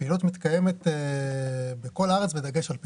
הפעילות מתקיימת בכל הארץ, בדגש על הפריפריה.